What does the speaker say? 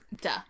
Duh